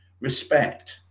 respect